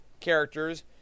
characters